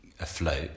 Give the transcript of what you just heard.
afloat